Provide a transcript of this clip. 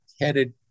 headed